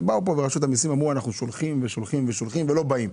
באה לכאן רשות המיסים ואמרה שהיא שולחת ושולחת ולא באים.